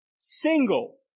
single